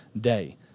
day